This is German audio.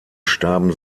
starben